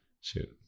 shoot